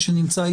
רובינשטיין,